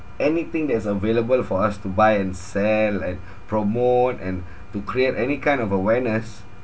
anything that's available for us to buy and sell and promote and to create any kind of awareness